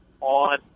on